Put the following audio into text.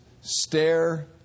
stare